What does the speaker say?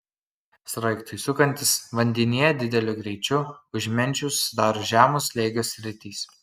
sraigtui sukantis vandenyje dideliu greičiu už menčių susidaro žemo slėgio sritys